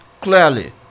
clearly